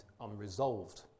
unresolved